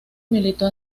militó